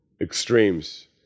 extremes